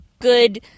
good